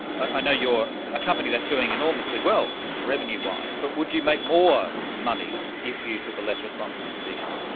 i know you're a company that's doing enormously well, revenue wise, but would you make more money if you took a less responsible position?